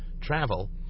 travel